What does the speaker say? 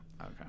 okay